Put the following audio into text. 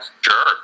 sure